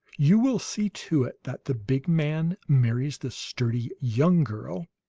you will see to it that the big man marries the sturdy young girl,